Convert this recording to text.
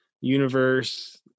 universe